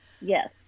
Yes